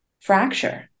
fracture